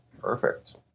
Perfect